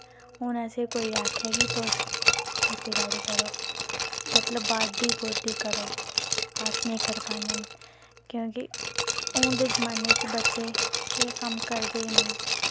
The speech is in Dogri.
हून असें ई कोई आक्खै कि तुस खेती बाड़ी करो मतलब बाह्ड्डी गोड्डी करो अस नेईं करी पाने क्योंकि हून दे जमानै च बच्चे एह् कम्म करदे गै नेईं